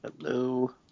Hello